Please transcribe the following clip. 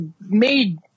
made